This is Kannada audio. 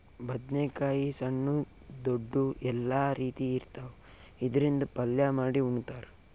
ಬದ್ನೇಕಾಯಿ ಸಣ್ಣು ದೊಡ್ದು ಎಲ್ಲಾ ರೀತಿ ಇರ್ತಾವ್, ಇದ್ರಿಂದ್ ಪಲ್ಯ ಮಾಡಿ ಉಣ್ತಾರ್